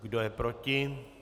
Kdo je proti?